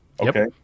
Okay